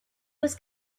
was